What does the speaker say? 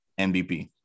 MVP